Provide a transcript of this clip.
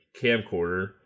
camcorder